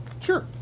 sure